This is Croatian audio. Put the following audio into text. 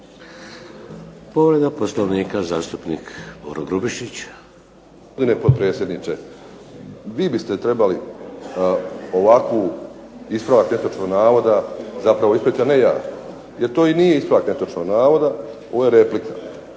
Povreda Poslovnika, zastupnik Boro Grubišić.